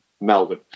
Melbourne